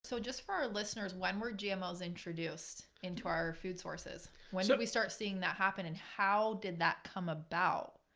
so just for our listeners. when were gmos introduced into our food sources? when did we start seeing that happen and how did that come about?